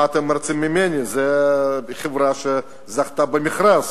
מה אתם רוצים ממני, זו חברה שזכתה במכרז.